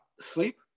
sleep